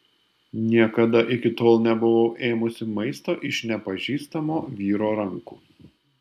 niekada iki tol nebuvau ėmusi maisto iš nepažįstamo vyro rankų